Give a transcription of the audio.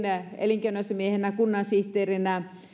elinkeinoasiamiehenä kunnansihteerinä